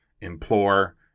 implore